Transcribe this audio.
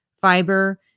fiber